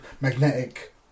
magnetic